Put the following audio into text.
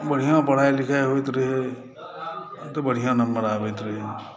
बढ़िआँ पढ़ाइ लिखाइ होयत रहय तऽ बढ़िआँ नम्बर आबैत रहय